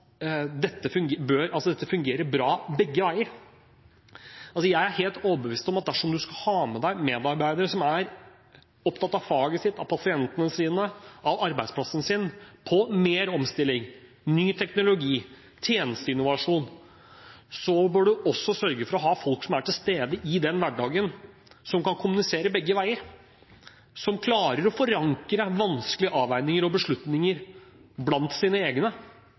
dette fungerer bra begge veier. Jeg er helt overbevist om at dersom man skal ha med seg medarbeidere som er opptatt av faget sitt, av pasientene sine, av arbeidsplassen sin, av mer omstilling, ny teknologi, tjenesteinnovasjon, så bør man også sørge for å ha folk som er til stede i den hverdagen, som kan kommunisere begge veier, som klarer å forankre vanskelige avveininger og beslutninger blant sine egne,